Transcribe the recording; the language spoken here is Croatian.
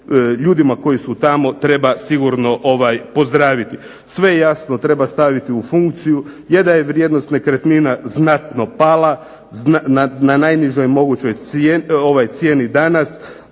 ljudima koji su tamo treba sigurno pozdraviti. Sve jasno treba staviti u funkciju. Je da je vrijednost nekretnina znatno pala, na najnižoj mogućoj cijeni danas.